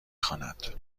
خواند